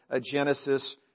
Genesis